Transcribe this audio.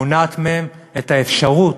מונעת מהם את האפשרות